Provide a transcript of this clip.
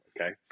okay